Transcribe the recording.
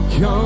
Come